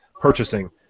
purchasing